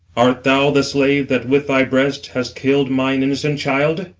art thou the slave that with thy breath hast kill'd mine innocent child?